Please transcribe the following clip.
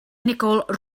nicole